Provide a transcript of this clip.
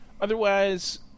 Otherwise